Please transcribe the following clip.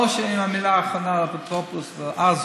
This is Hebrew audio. או שהמילה האחרונה היא לאפוטרופוס ורק